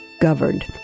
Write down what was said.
governed